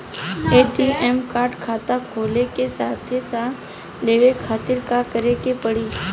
ATM card खाता खुले के साथे साथ लेवे खातिर का करे के पड़ी?